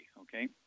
okay